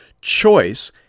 Choice